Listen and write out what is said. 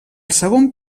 segon